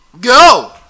go